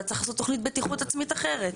אתה צריך לעשות תוכנית בטיחות עצמי אחרת.